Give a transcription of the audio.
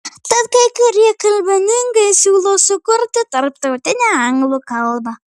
tad kai kurie kalbininkai siūlo sukurti tarptautinę anglų kalbą